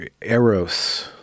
eros